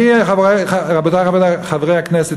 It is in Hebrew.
רבותי חברי הכנסת,